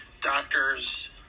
doctor's